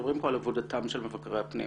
מדברים כאן על עבודתם של מבקרי הפנים.